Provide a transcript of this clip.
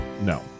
no